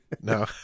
no